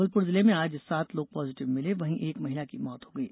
जबलपुर जिले में आज सात लोग पाजिटिव मिले वहीं एक महिला की मौत हो गयी